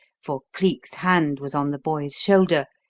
for cleek's hand was on the boy's shoulder,